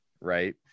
right